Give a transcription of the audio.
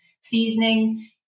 seasoning